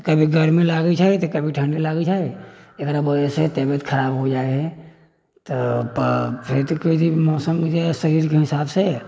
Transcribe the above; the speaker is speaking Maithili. तऽ कभी गर्मी लागै छै तऽ कभी ठण्डी लागै छै एकरा बजह से तबियत खराब हो जाइ है तऽ फेर तऽ कहै छै मौसम जे शरीर के हिसाब से